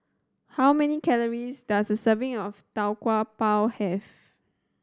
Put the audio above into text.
how many calories does a serving of Tau Kwa Pau have